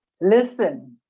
listen